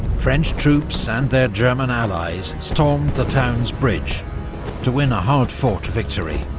french troops and their german allies stormed the town's bridge to win a hard-fought victory,